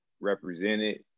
represented